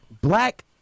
Black